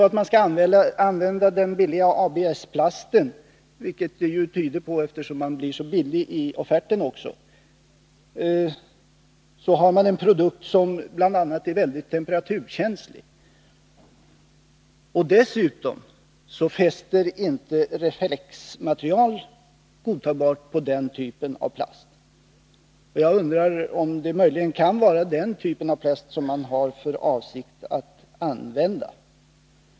Om man skall använda den billiga ABS-plasten, vilket den låga offerten tyder på, får man en produkt som är väldigt temperaturkänslig. Dessutom fäster inte reflexmaterial på den typen av plast på ett godtagbart sätt. Jag undrar om det möjligen är den sortens plast som man har för avsikt att använda.